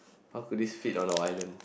how could this fit on our island